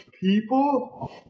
People